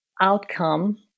outcome